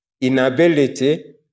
inability